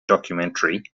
documentary